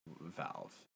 Valve